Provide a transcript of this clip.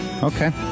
Okay